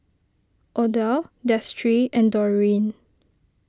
Odile Destry and Dorene